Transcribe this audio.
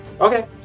okay